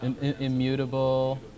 immutable